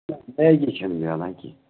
چھےٚ نہٕ میلان کیٚنٛہہ